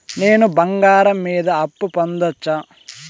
నేను బంగారం మీద అప్పు పొందొచ్చా?